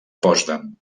potsdam